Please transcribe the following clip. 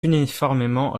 uniformément